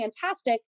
fantastic